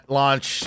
launch